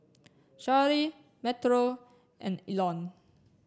Charly Metro and Elon